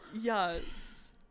Yes